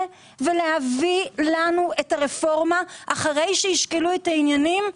ולהביא לנו את הרפורמה אחרי שישקלו את העניינים,